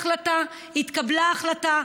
הייתה החלטה, התקבלה החלטה,